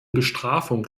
bestrafung